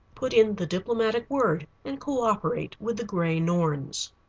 put in the diplomatic word, and cooperate with the gray norns.